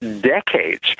decades